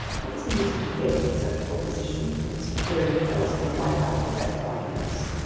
what was the use of debating such a proposition, when superior force can wipe out the best arguments?